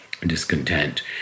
discontent